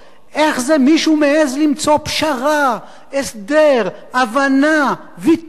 איך זה מישהו מעז למצוא פשרה, הסדר, הבנה, ויתור?